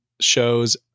shows